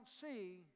see